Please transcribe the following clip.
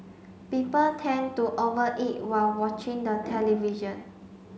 people tend to over eat while watching the television